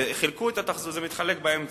זה מתחלק באמצע.